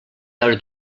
veure